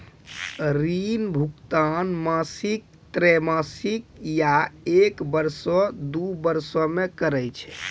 ऋण भुगतान मासिक, त्रैमासिक, या एक बरसो, दु बरसो मे करै छै